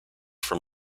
from